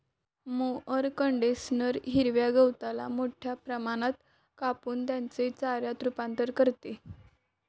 mower condenser हिरव्या गवताला मोठ्या प्रमाणात कापून त्याचे चाऱ्यात रूपांतर करते